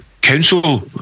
council